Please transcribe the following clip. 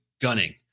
gunning